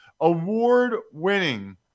Award-winning